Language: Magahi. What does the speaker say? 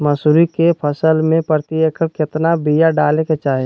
मसूरी के फसल में प्रति एकड़ केतना बिया डाले के चाही?